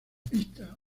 pista